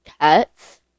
cats